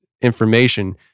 information